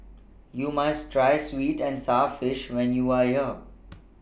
YOU must Try Sweet and Sour Fish when YOU Are here